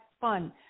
fun